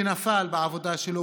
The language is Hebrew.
שנפל בעבודה שלו